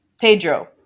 Pedro